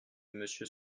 monsieur